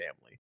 family